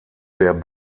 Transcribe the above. der